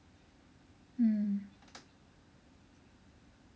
mm